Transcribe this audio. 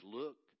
look